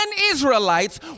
Israelites